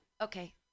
okay